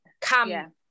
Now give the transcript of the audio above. come